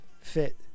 fit